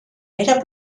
era